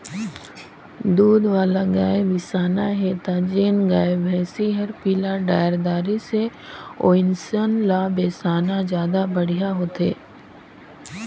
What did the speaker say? दूद वाला गाय बिसाना हे त जेन गाय, भइसी हर पिला डायर दारी से ओइसन ल बेसाना जादा बड़िहा होथे